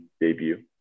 debut